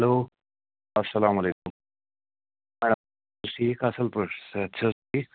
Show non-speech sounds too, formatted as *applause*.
hello السلام علیکُم *unintelligible* ٹھیٖک اَصٕل پٲٹھۍ صحت چھِ حظ ٹھیٖک